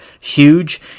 huge